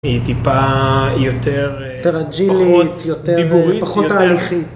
היא טיפה יותר, יותר אג'ילית, פחות דיבורית, פחות תהליכית.